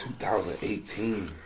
2018